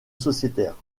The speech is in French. sociétaires